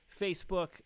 facebook